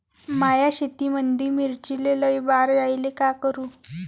माया शेतामंदी मिर्चीले लई बार यायले का करू?